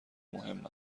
مهم